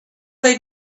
they